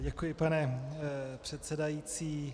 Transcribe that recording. Děkuji, pane předsedající.